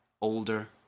older